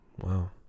Wow